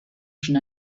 schon